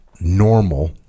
normal